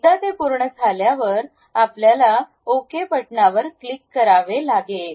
एकदा ते पूर्ण झाल्यावर आपल्याला ओके बटणावर क्लिक करावे लागेल